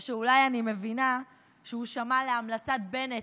או שאולי אני מבינה שהוא שמע להמלצת בנט,